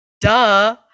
duh